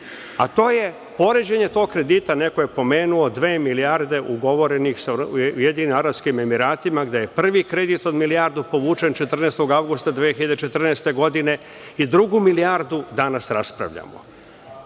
a to je poređenje tog kredita, neko je pomenuo dve milijarde ugovorenih sa Ujedinjenim Arapskim Emiratima gde je prvi kredit od milijardu povučen 14. avgusta 2014. godine i drugu milijardu danas raspravljamo. Poređenja